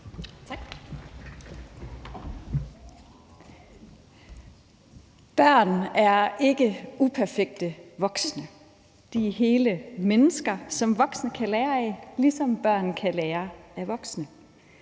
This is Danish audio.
Børn er ikke uperfekte voksne. De er hele mennesker, som voksne kan lære af, ligesom børn kan lære af voksne.